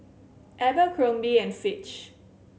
Abercrombie and Fitch